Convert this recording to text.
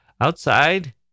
outside